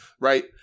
Right